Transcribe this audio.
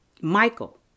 Michael